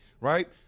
right